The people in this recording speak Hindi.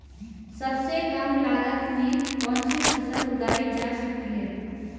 सबसे कम लागत में कौन सी फसल उगाई जा सकती है